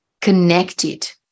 connected